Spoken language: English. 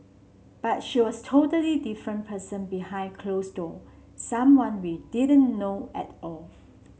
but she was totally different person behind close door someone we didn't know at all